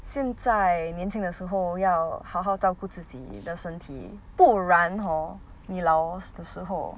现在年轻的时候要好好照顾自己的身体不然 hor 你老的时候